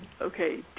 Okay